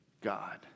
God